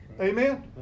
Amen